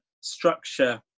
structure